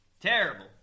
Terrible